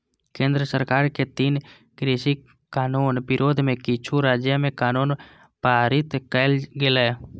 केंद्र सरकारक तीनू कृषि कानून विरोध मे किछु राज्य मे कानून पारित कैल गेलै